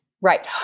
Right